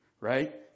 right